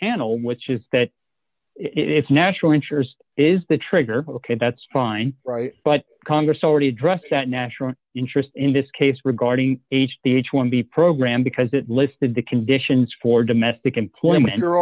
annele which is that if national insurers is the trigger ok that's fine right but congress already addressed that national interest in this case regarding h the h one b program because it listed the conditions for domestic employment or